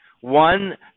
One